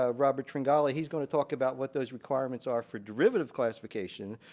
ah robert tringali, he's going to talk about what those requirements are for derivative classification.